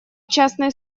частной